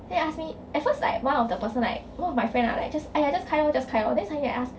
then ask me at first like one of the person like one of my friend lah like just !aiya! just 开咯 just 开咯 then suddenly I ask